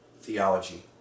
theology